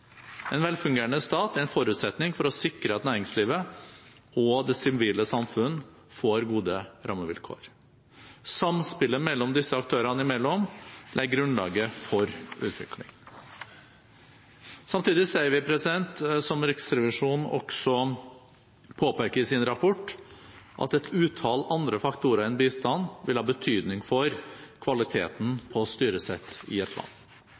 En velfungerende stat er en forutsetning for å sikre at næringslivet og det sivile samfunn får gode rammevilkår. Samspillet disse aktørene imellom legger grunnlaget for utvikling. Samtidig ser vi, som Riksrevisjonen også påpeker i sin rapport, at et utall andre faktorer enn bistand vil ha betydning for kvaliteten på styresettet i et land.